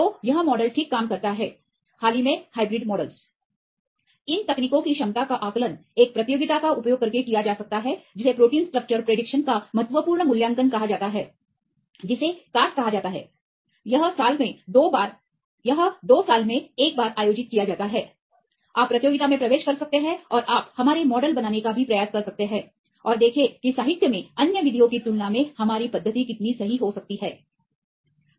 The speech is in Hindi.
तो यह मॉडल ठीक काम करता है हाल ही में हाइब्रिड मॉडलस इन तकनीकों की क्षमता का आकलन एक प्रतियोगिता का उपयोग करके किया जा सकता है जिसे प्रोटीन के प्रोटीन स्ट्रक्चर की भविष्यवाणी का महत्वपूर्ण मूल्यांकन कहा जाता है जिसे caspकास कहा जाता है यह 2 साल में एक बार आयोजित किया जाता है आप प्रतियोगिता में प्रवेश कर सकते हैं और आप हमारे मॉडल बनाने का भी प्रयास कर सकते हैं और देखें कि साहित्य में अन्य विधियों की तुलना में हमारी पद्धति कितनी सही हो सकती है